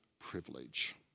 privilege